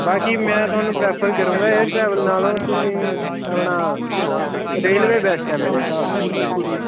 ਬਾਕੀ ਮੈਂ ਤੁਹਾਨੂੰ ਪ੍ਰੈਫਰ ਕਰੂੰਗਾ ਏਅਰ ਟਰੈਵਲ ਨਾਲੋਂ ਤੁਸੀਂ ਆਪਣਾ ਰੇਲਵੇ ਬੈਸਟ ਹੈ ਮੇਰੇ ਹਿਸਾਬ ਨਾਲ ਤਾਂ ਜੀ ਇਹ 'ਚੋਂ